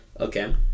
Okay